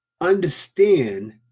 understand